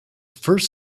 first